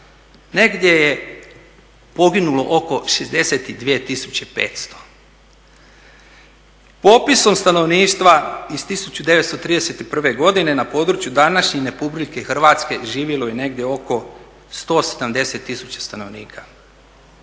negdje je poginulo oko 62 tisuće 500. Popisom stanovništva iz 1931. godine na području današnje Republike Hrvatske živjelo je negdje oko 170 tisuća stanovnika,